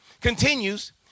continues